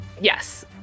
Yes